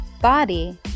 body